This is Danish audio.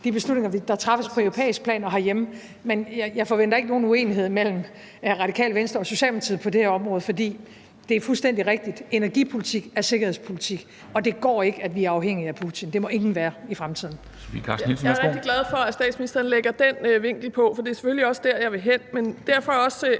de beslutninger, der træffes på europæisk plan, og herhjemme. Men jeg forventer ikke nogen uenighed mellem Radikale Venstre og Socialdemokratiet på det her område, for det er fuldstændig rigtigt, at energipolitik er sikkerhedspolitik. Og det går ikke, at vi er afhængige af Putin – det må ingen være i fremtiden.